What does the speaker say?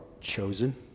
chosen